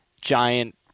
giant